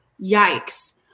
Yikes